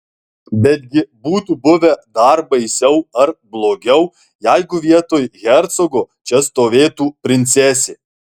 betgi būtų buvę dar baisiau ar blogiau jeigu vietoj hercogo čia stovėtų princesė